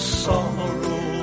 sorrow